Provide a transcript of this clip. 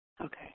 Okay